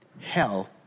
hell